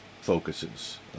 focuses